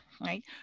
right